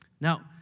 Now